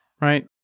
right